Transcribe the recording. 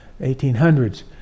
1800s